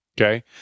okay